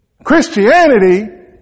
Christianity